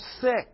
sick